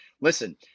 listen